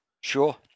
Sure